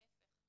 להיפך,